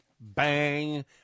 Bang